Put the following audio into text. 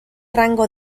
rango